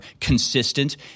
consistent